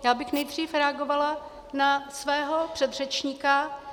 Já bych nejdřív reagovala na svého předřečníka.